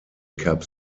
cup